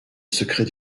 secret